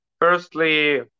Firstly